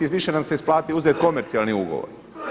Više nam se isplati uzeti komercijalni ugovor.